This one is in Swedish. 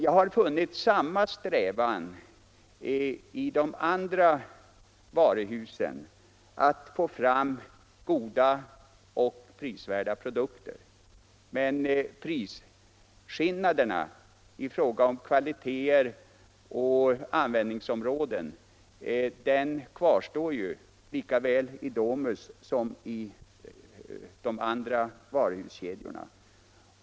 Jag har funnit samma strävan hos de andra varuhusen att få fram goda och prisvärda produkter. Men prisskillnaderna i fråga om både kvaliteter och användningsområden kvarstår lika väl i Domus som i de andra varuhuskedjorna.